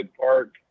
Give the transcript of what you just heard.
Park